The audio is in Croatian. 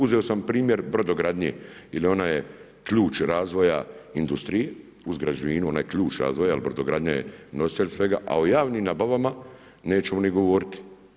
Uzeo sam primjer brodogradnje jer ona je ključ razvoja industrije uz građevinu, ona je ključ razvoja jer brodogradnja je nositelj svega a o javnim nabavama nećemo ni govoriti.